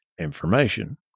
information